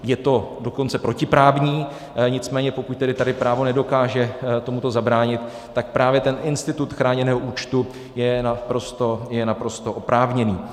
Je to dokonce protiprávní, nicméně pokud tedy tady právo nedokáže tomuto zabránit, tak právě ten institut chráněného účtu je naprosto oprávněný.